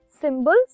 symbols